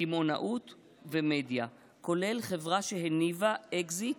קמעונאות ומדיה, כולל חברה שהניבה אקזיט